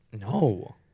No